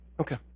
Okay